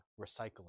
recycling